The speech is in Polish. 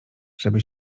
żeby